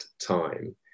time